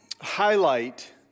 highlight